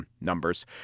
numbers